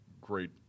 great